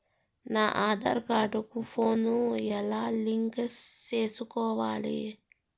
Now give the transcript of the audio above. నా ఆధార్ కార్డు కు ఫోను ను ఎలా లింకు సేసుకోవాలి?